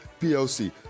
PLC